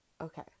Okay